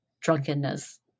drunkenness